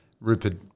Rupert